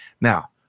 Now